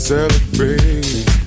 Celebrate